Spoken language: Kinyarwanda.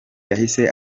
yahise